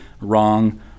wrong